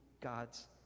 god's